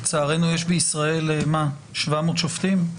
לצערנו יש בישראל 700 שופטים?